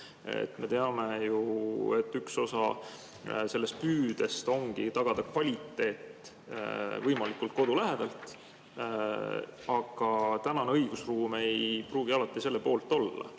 Me teame ju, et üks osa sellest püüdest ongi tagada kvaliteet, [hankides] toiduaineid võimalikult kodu lähedalt. Aga tänane õigusruum ei pruugi alati selle poolt olla.